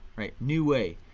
new way.